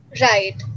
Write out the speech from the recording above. right